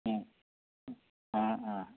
অঁ অঁ